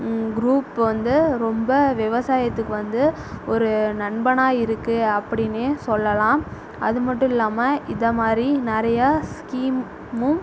group வந்து ரொம்ப விவசாயத்துக்கு வந்து ஒரு நண்பனாக இருக்குது அப்படின்னே சொல்லலாம் அது மட்டும் இல்லாமல் இதை மாதிரி நிறையா ஸ்கீம்